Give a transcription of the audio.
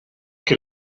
que